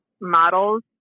models